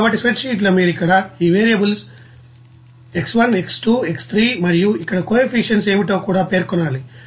కాబట్టి spreadsheet లో మీరు ఇక్కడ ఈ వేరియబుల్స్X1 X2 X3 మరియు అక్కడ కోఎఫిసిఎంట్స్ ఏమిటో కూడా పేర్కొనాలి